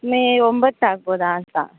ಮೇ ಒಂಬತ್ತು ಆಗ್ಬೋದಾ ಅಂತ